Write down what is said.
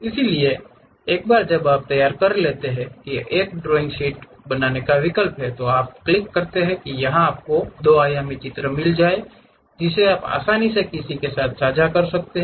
इसलिए एक बार जब आप तैयार कर लेते हैं कि एक ड्राइंग शीट बनाने का विकल्प है तो आप क्लिक करते हैं कि यह आपको एक दो आयामी चित्र देता है जिसे आप आसानी से किसी के साथ साझा कर सकते हैं